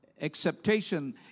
acceptation